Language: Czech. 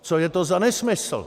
Co je to za nesmysl?